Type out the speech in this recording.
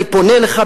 ואני פונה אליך,